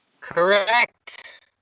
Correct